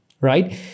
right